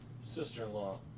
sister-in-law